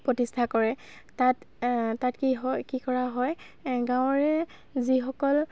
প্ৰতিষ্ঠা কৰে তাত তাত কি হয় কি কৰা হয় গাঁৱৰে যিসকল